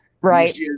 Right